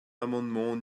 l’amendement